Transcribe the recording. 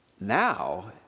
Now